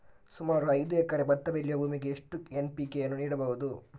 ಸುಮಾರು ಐದು ಎಕರೆ ಭತ್ತ ಬೆಳೆಯುವ ಭೂಮಿಗೆ ಎಷ್ಟು ಎನ್.ಪಿ.ಕೆ ಯನ್ನು ನೀಡಬಹುದು?